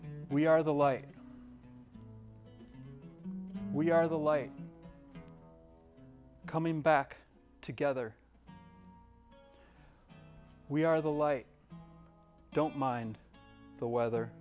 dreams we are the light we are the light coming back together we are the light don't mind the weather